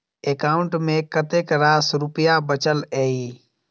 account मे कतेक रास रुपया बचल एई